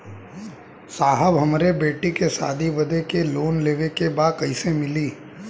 साहब हमरे बेटी के शादी बदे के लोन लेवे के बा कइसे मिलि?